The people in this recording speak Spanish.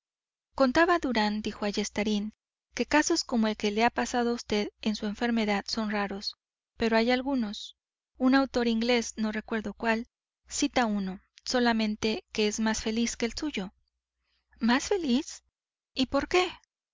contaba a durán dijo ayestarain que casos como el que le ha pasado a vd en su enfermedad son raros pero hay algunos un autor inglés no recuerdo cual cita uno solamente que es más feliz que el suyo más feliz y por qué